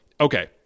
okay